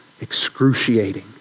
excruciating